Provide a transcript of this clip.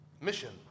mission